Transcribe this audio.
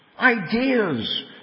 Ideas